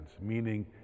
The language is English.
meaning